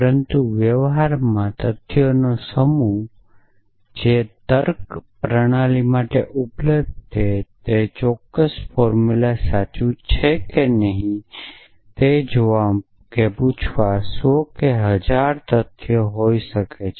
પરંતુ વ્યવહારમાં તથ્યોનો સમૂહ કે જે તર્ક પ્રણાલી માટે ઉપલબ્ધ છે ચોક્કસ ફોર્મુલા સાચુ છે કે નહીં તેવું પૂછવા 100 કે 1000 તથ્યો હોઈ શકે છે